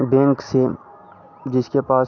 bank से जिसके पास